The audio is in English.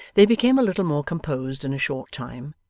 they became a little more composed in a short time,